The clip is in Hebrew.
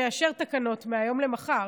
שנאשר תקנות מהיום למחר.